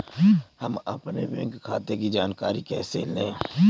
हम अपने बैंक खाते की जानकारी कैसे लें?